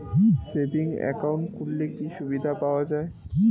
Savings account খুললে কি সুবিধা পাওয়া যায়?